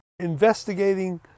Investigating